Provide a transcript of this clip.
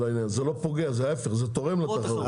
זה לא פוגע אלא ההפך, זה תורם לתחרות.